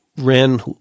ran